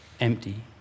empty